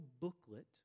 booklet